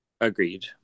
agreed